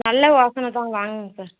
நல்ல யோசனை தான் வாங்குங்க சார்